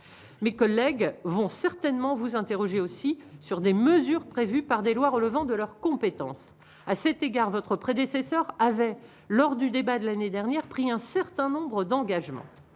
mes collègues vont certainement vous interroger aussi sur des mesures prévues par des lois relevant de leur compétence à cet égard, votre prédécesseur avait lors du débat de l'année dernière, pris un certain nombre d'engagements,